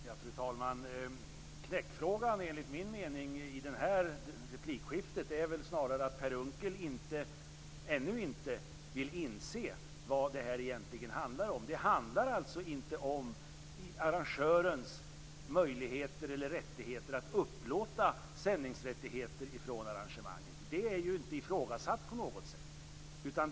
Fru talman! Knäckfrågan i det här replikskiftet är enligt min mening snarare att Per Unckel ännu inte vill inse vad det här egentligen handlar om. Det handlar alltså inte om arrangörens möjligheter eller rättigheter att upplåta sändningsrättigheter från arrangemanget. Det är inte ifrågasatt på något sätt.